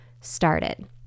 started